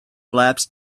flaps